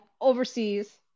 overseas